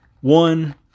one